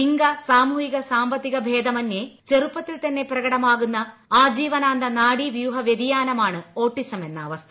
ലിംഗ സാമൂഹിക സാമ്പത്തികഭേദമന്യേ ചെറുപ്പത്തിൽ തന്നെ പ്രകടമാകുന്ന ആജീവനാന്ത നാഡീവ്യൂഹ വ്യതിയാനമാണ് ഓട്ടിസം എന്ന അവസ്ഥ